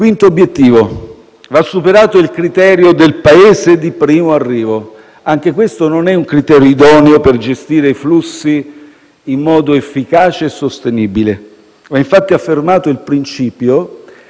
Quinto obiettivo: va superato il criterio del Paese di primo arrivo. Anche questo non è un criterio idoneo per gestire i flussi in modo efficace e sostenibile. Va, infatti, affermato il principio